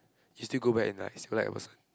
you still go back and like select a person